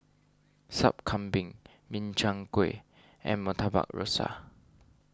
Sup Kambing Min Chiang Kueh and Murtabak Rusa